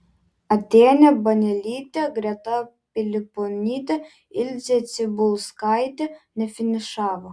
atėnė banelytė greta piliponytė ilzė cibulskaitė nefinišavo